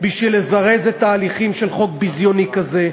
כדי לזרז את ההליכים של חוק ביזיוני כזה.